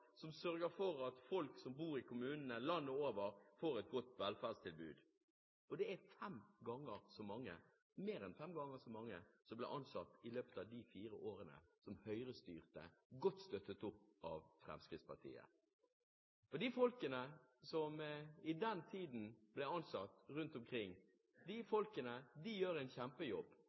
som sørger for at folk som bor i kommunene landet over, får et godt velferdstilbud. Og det er mer enn fem ganger så mange som det ble ansatt i løpet av de fire årene Høyre styrte, godt støttet av Fremskrittspartiet. De som i den tiden ble ansatt rundt omkring, gjør en kjempejobb.